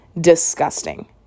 Disgusting